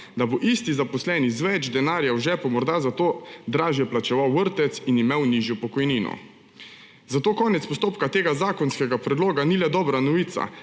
da bo isti zaposleni z več denarja v žepu morda zato dražje plačeval vrtec in imel nižjo pokojnino. Zato konec postopka tega zakonskega predloga ni le dobra novica,